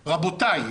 רבותיי,